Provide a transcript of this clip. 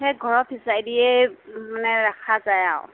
সেই ঘৰৰ ফিচাৰি দিয়ে মানে ৰখা যায় আৰু